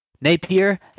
Napier